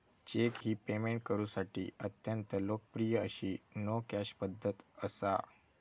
check ही payment करुसाठी अत्यंत लोकप्रिय अशी नो कॅश पध्दत असा